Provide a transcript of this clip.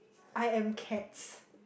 I am cats